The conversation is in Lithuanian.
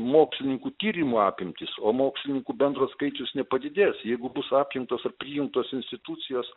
mokslininkų tyrimų apimtis o mokslininkų bendras skaičius nepadidės jeigu bus apjungtos apjungtos institucijos